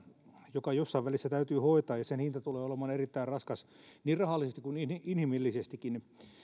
joka jossain välissä täytyy hoitaa ja sen hinta tulee olemaan erittäin raskas niin rahallisesti kuin inhimillisestikin